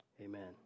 Amen